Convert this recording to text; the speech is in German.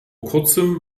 kurzem